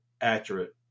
accurate